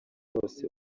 bose